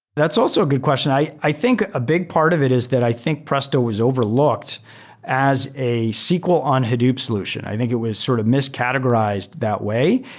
that's also a good question. i i think a big part of it is that i think presto was overlooked as a sql on hadoop solution. i think it was sort of mis-categorized that way.